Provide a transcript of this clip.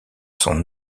son